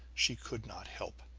she could not help.